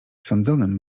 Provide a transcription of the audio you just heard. sądzonym